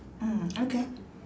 mm okay